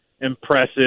impressive